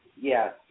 Yes